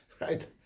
Right